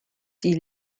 die